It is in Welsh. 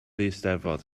eisteddfod